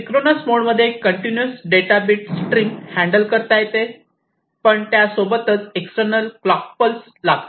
synchronous mode मध्ये continuous data bit stream handle करता येते पण त्यासोबत एक्स्टर्नल क्लॉक पल्स लागते